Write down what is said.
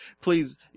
Please